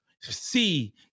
see